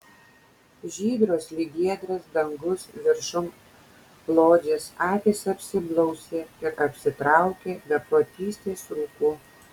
žydros lyg giedras dangus viršum lodzės akys apsiblausė ir apsitraukė beprotystės rūku